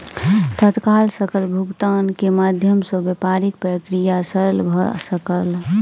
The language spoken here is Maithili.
तत्काल सकल भुगतान के माध्यम सॅ व्यापारिक प्रक्रिया सरल भ सकल